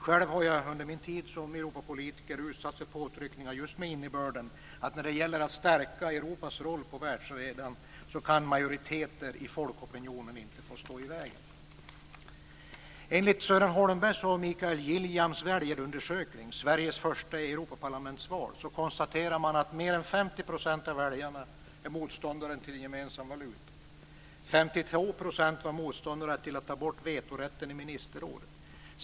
Själv har jag under min tid som Europapolitiker utsatts för påtryckningar just med innebörden att när det gäller att stärka Europas roll på världsarenan kan majoriteter i folkopinioner inte få stå i vägen. Enligt Sören Holmbergs och Mikael Gilljams väljarundersökning Sveriges första Europaparlamentsval konstateras att mer än 50 % av väljarna är motståndare till en gemensam valuta. 52 % var motståndare till att ta bort vetorätten i ministerrådet.